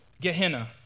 Gehenna